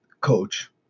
coach